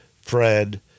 Fred